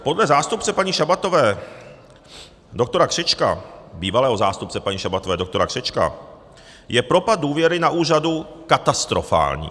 Podle zástupce paní Šabatové doktora Křečka, bývalého zástupce paní Šabatové doktora Křečka, je propad důvěry na úřadu katastrofální.